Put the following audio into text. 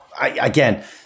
Again